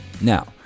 Now